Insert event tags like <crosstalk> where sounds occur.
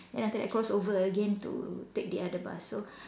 then after that cross over again to take the other bus so <breath>